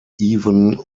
even